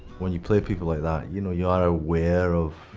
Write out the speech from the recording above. when you play people like that, you know, you are aware of,